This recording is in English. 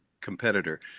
competitor